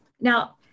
Now